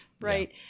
Right